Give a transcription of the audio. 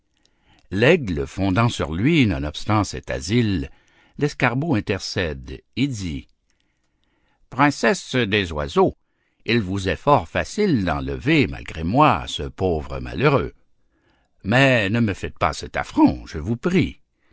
l'aigle fondant sur lui nonobstant cet asile l'escarbot intercède et dit princesse des oiseaux il vous est fort facile d'enlever malgré moi ce pauvre malheureux mais ne me faites pas cet affront je vous prie